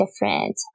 different